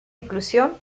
inclusión